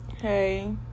Hey